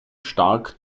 stark